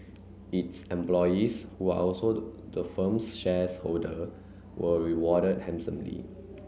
its employees who are also the the firm's shares holder were rewarded handsomely